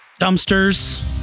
dumpsters